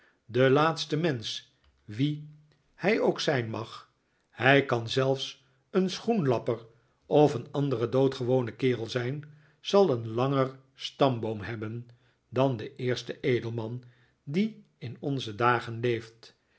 de laatste mensch wie hij ook zijn mag hij kan zelfs een schoenlapper of een andere doodgewone kerel zijn zal een langer stamboom hebben dan de eerste edelman die in onze dagen leeft